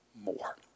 more